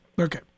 Okay